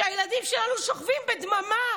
כשהילדים שלנו שוכבים בדממה,